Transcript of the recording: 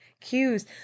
cues